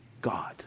God